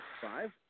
Five